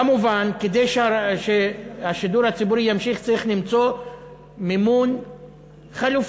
כמובן כדי שהשידור הציבורי יימשך צריך למצוא מימון חלופי.